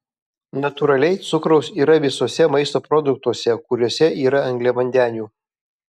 natūraliai cukraus yra visuose maisto produktuose kuriuose yra angliavandenių